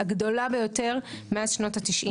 הגדולה ביותר מאז שנות ה-90'.